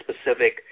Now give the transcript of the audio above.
specific